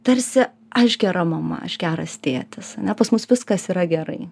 tarsi aiški ramuma aš geras tėtis ane pas mus viskas yra gerai